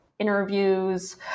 interviews